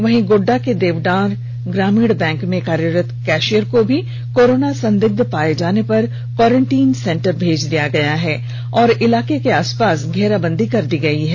वहीं गोड्डा के देवडार ग्रामीण बैंक में कार्यरत कैशियर को भी कोरोना संदिग्ध पाए जाने पर क्वारंटीन सेंटर भेज दिया गया है और इलाके के आसपास घेराबंदी कर दी गई है